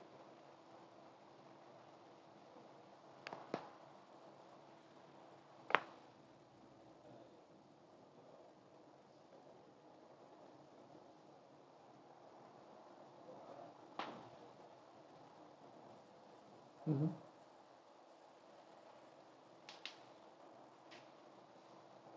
mmhmm